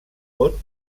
vot